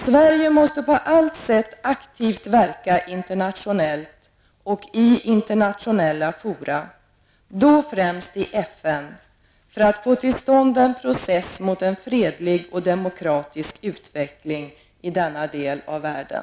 Sverige måste på allt sätt aktivt medverka internationellt och i internationella fora, då främst i FN, för att få till stånd en process mot en fredlig och demokratisk utveckling i denna del av världen,